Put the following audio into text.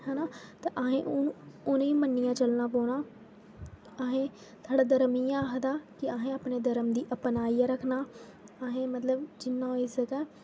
हैना तां अहें हून उ'नें ई मन्नियै चलना पौना अहें साढ़ा धरम इ'यै आखदा कि अहे्ं अपने धरम गी अपनाइयै रखना अहें ई मतलब जि'न्ना होई सकै